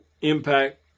impact